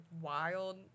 wild